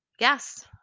yes